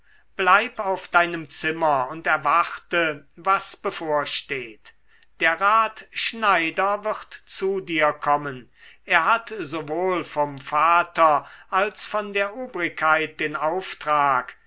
bleib auf deinem zimmer und erwarte was bevorsteht der rat schneider wird zu dir kommen er hat sowohl vom vater als von der obrigkeit den auftrag